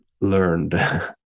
learned